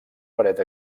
paret